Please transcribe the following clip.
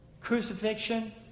Crucifixion